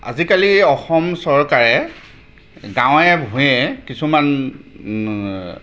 আজিকালি অসম চৰকাৰে গাঁৱে ভূঞে কিছুমান